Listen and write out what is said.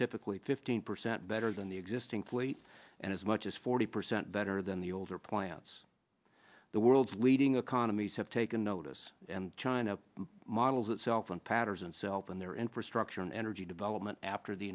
typically fifteen percent better than the existing fleet and as much as forty percent better than the older plants the world's leading economies have taken notice and china models itself on patterns and sell them their infrastructure and energy development after the